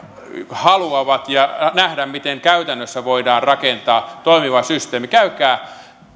haluavat nähdä miten käytännössä voidaan rakentaa toimiva systeemi käykää